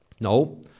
No